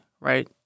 Right